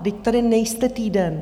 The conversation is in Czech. Vždyť tady nejste týden.